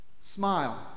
smile